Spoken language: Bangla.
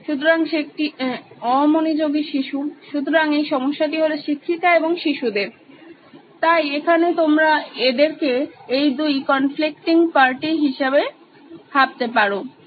সুতরাং সে একটি অমনোযোগী শিশু সুতরাং এই সমস্যাটি হলো শিক্ষিকা এবং শিশুদের তাই এখানে তোমরা এদেরকে এই দুটি কনফ্লিকটিং পার্টি হিসাবে ভাবতে পারো